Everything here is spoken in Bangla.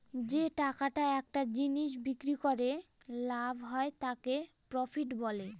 যে টাকাটা একটা জিনিস বিক্রি করে লাভ হয় তাকে প্রফিট বলে